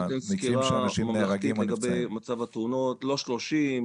בוא ניתן סקירה מערכתית לגבי מצב התאונות לא 30,